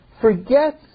forgets